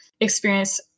experience